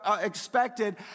expected